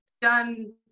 done